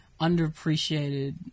underappreciated